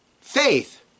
Faith